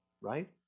right